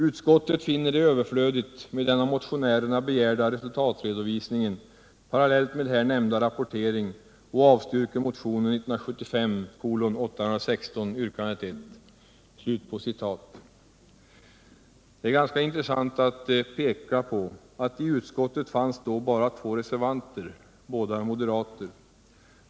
Utskottet finner det överflödigt med den av motionärerna begärda resultatredovisningen, parallellt med här nämnda rapportering, och avstyrker motionen 1975:816 yrkandet 1.” Det är ganska intressant att peka på att i utskottet fanns då bara två reservanter — båda moderater.